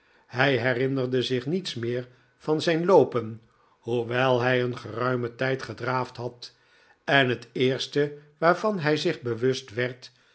hij herinnerde zich niets meer van zijn loopen hoewel hij een geruimen tijd gedraafd had en het eerste waarvan hij zich bewust werd